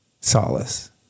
solace